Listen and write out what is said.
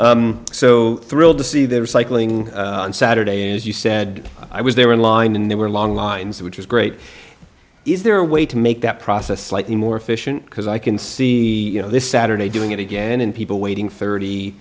so thrilled to see their cycling on saturday as you said i was there in line and there were long lines which is great is there a way to make that process slightly more efficient because i can see this saturday doing it again and people waiting thirty